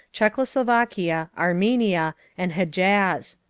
czechoslovakia, armenia, and hedjaz.